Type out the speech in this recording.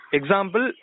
Example